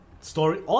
story